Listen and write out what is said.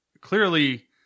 clearly